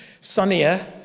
sunnier